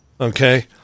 okay